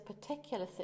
particular